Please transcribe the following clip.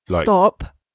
Stop